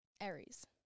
Aries